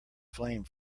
flame